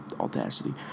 Audacity